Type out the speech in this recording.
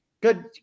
good